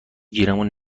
گیرمون